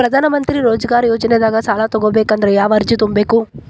ಪ್ರಧಾನಮಂತ್ರಿ ರೋಜಗಾರ್ ಯೋಜನೆದಾಗ ಸಾಲ ತೊಗೋಬೇಕಂದ್ರ ಯಾವ ಅರ್ಜಿ ತುಂಬೇಕು?